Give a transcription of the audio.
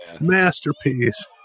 Masterpiece